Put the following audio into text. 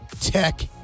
Tech